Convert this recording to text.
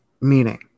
meaning